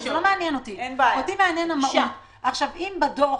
זה שאמרת את עיקרי הדברים,